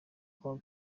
kwa